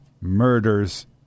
murders